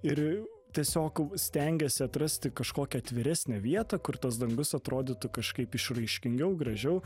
ir tiesiog stengiuosi atrasti kažkokią atviresnę vietą kur tas dangus atrodytų kažkaip išraiškingiau gražiau